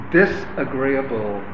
disagreeable